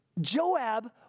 Joab